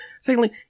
Secondly